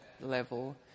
level